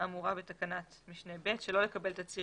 האמורה בתקנת משנה (ב) שלא לקבל תצהיר